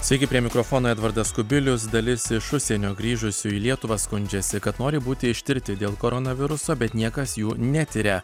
sveiki prie mikrofono edvardas kubilius dalis iš užsienio grįžusių į lietuvą skundžiasi kad nori būti ištirti dėl koronaviruso bet niekas jų netiria